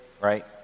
right